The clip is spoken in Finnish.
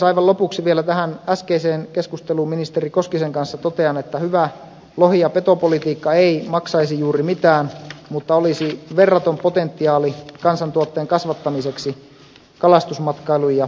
aivan lopuksi vielä tähän äskeiseen keskusteluun ministeri koskisen kanssa totean että hyvä lohi ja petopolitiikka ei maksaisi juuri mitään mutta olisi verraton potentiaali kansantuotteen kasvattamiseksi kalastusmatkailun ja poronhoidon kautta